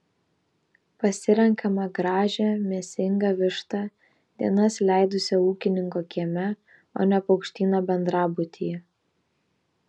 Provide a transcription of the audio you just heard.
pasirenkame gražią mėsingą vištą dienas leidusią ūkininko kieme o ne paukštyno bendrabutyje